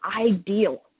ideal